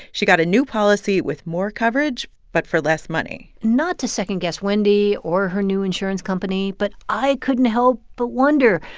she got a new policy with more coverage, but for less money not to second-guess wendy or her new insurance company, but i couldn't help but wonder,